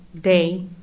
day